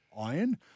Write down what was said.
Iron